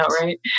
right